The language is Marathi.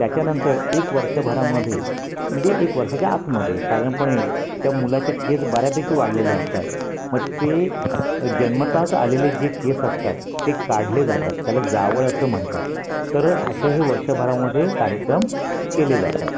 त्याच्यानंतर एक वर्षभरामध्ये म्हणजे एक वर्षाच्या आतमध्ये साधारणपणे त्या मुलाचे केस बऱ्यापैकी वाढलेले असतात मग ते जन्मत च आलेले जे केस असतात ते काढले जातात त्याला जावळ असं म्हणतात तर असे हे वर्षभरामध्ये कार्यक्रम केले जातात